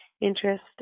interest